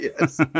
Yes